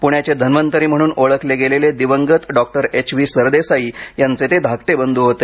पुण्याचे धन्वन्तरी म्हणून ओळखले गेलेले दिवंगत डॉक्टर एच व्ही सरदेसाई यांचे ते धाकटे बंधू होते